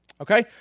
Okay